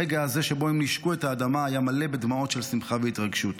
הרגע הזה שבו הם נישקו את האדמה היה מלא בדמעות של שמחה והתרגשות.